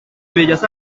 bellas